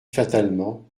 fatalement